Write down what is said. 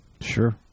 sure